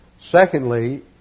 Secondly